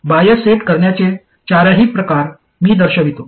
bias set करण्याचे चारही प्रकार मी दर्शवितो